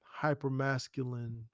hypermasculine